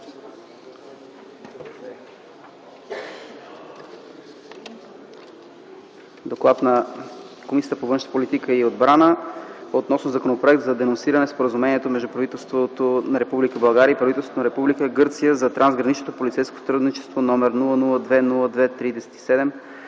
„ДОКЛАД на Комисията по външна политика и отбрана относно Законопроект за денонсиране на Споразумението между правителството на Република България и правителството на Република Гърция за трансгранично полицейско сътрудничество, № 002-02-37,